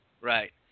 Right